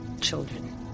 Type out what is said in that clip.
children